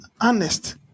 honest